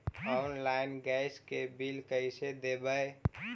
Online gas के bill कैसे देबै?